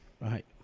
Right